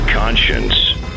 conscience